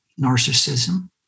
narcissism